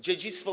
Dziedzictwo.